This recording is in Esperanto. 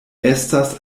estas